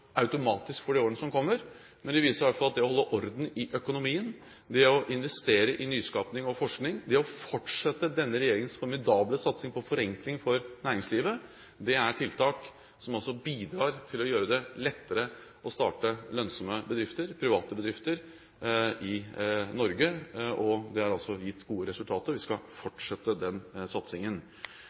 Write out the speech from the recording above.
årene som kommer, men det viser i hvert fall at det å holde orden i økonomien, det å investere i nyskaping og forskning, det å fortsette denne regjeringens formidable satsing på forenkling for næringslivet, er tiltak som bidrar til å gjøre det lettere å starte lønnsomme bedrifter – private bedrifter – i Norge. Det har gitt gode resultater, og vi skal fortsette den satsingen.